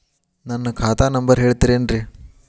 ನನ್ನ ಖಾತಾ ನಂಬರ್ ಹೇಳ್ತಿರೇನ್ರಿ?